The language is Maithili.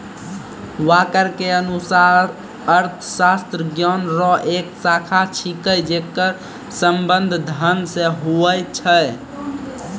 वाकर के अनुसार अर्थशास्त्र ज्ञान रो एक शाखा छिकै जेकर संबंध धन से हुवै छै